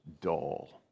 dull